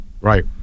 right